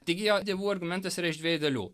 taigi jo dievų argumentas yra iš dviejų dalių